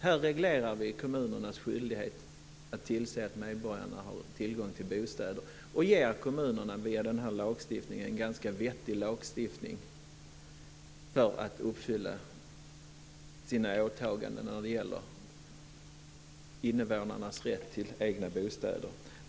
Häri reglerar vi kommunernas skyldighet att tillse att medborgarna har tillgång till bostäder, och vi ger med denna lagstiftning kommunerna en ganska vettig reglering av deras åtaganden när det gäller invånarnas rätt till egna bostäder.